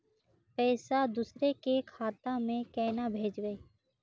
पैसा दूसरे के खाता में केना भेजबे?